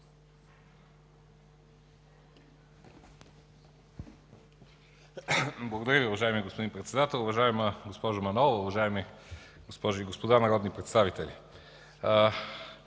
Благодаря Ви. Уважаеми господин Председател, уважаема госпожо Манолова, уважаеми госпожи и господа народни представители!